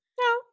No